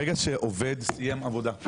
ברגע שעובד סיים עבודה,